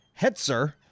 Hetzer